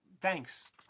thanks